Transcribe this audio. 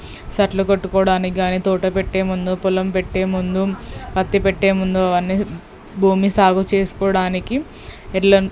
సట్లు కొట్టుకోవడానికి కాని తోట పెట్టే ముందు పొలం పెట్టే ముందు పత్తి పెట్టే ముందు అవన్ని భూమి సాగు చేసుకోవడానికి ఎడ్లని